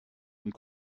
und